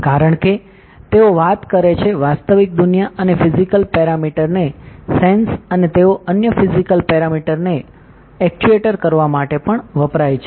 કારણ કે તેઓ વાત કરે છે વાસ્તવિક દુનિયા અને ફિઝિકલ પેરમીટર ને સેન્સ અને તેઓ અન્ય ફિઝિકલ પેરમીટર ને એક્ચ્યુએટ કરવા માટે પણ વપરાય છે